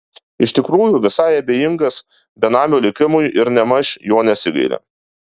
iš tikrųjų visai abejingas benamio likimui ir nėmaž jo nesigaili